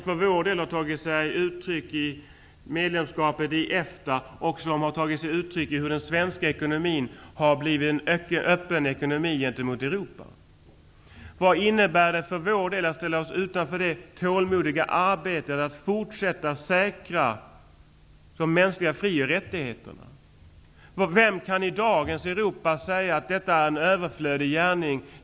För vår del har det tagit sig uttryck i medlemskapet i EFTA och i att den svenska ekonomin har blivit en öppen ekonomi gentemot Europa. Vad innebär det för vår del att ställa sig utanför det tålmodiga arbetet att fortsätta att säkra de mänskliga fri och rättigheterna? Vem kan i dagens Europa säga att detta är en överflödig gärning?